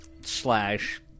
slash